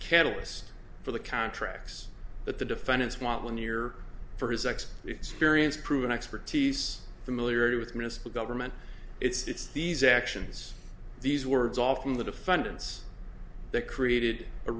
catalyst for the contracts that the defendants want one year for his x experience proven expertise familiar with municipal government it's these actions these words all from the defendants that created a